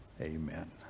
Amen